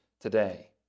today